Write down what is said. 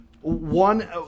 one